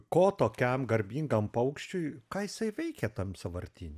ko tokiam garbingam paukščiui ką jisai veikia tam sąvartyne